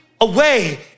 away